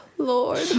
Lord